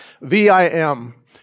V-I-M